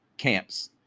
Camps